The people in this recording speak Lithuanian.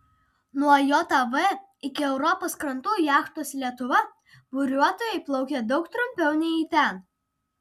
nuo jav iki europos krantų jachtos lietuva buriuotojai plaukė daug trumpiau nei į ten